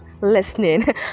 listening